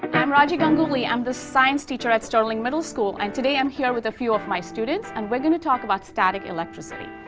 and i'm raji ganguli, i'm the science teacher at sterling middle school, and today i'm here with a few of my students, and we're gonna talk about static electricity.